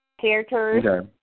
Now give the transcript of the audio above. characters